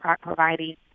providing